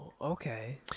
Okay